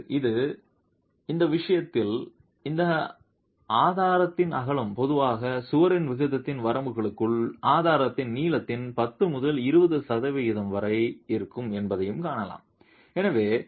அல்லது இந்த விஷயத்தில் இந்த ஆதாரத்தின் அகலம் பொதுவாக சுவரின் விகிதத்தின் வரம்புகளுக்குள் ஆதாரத்தின் நீளத்தின் 10 முதல் 20 சதவிகிதம் வரை இருக்கும் என்பதையும் காணலாம்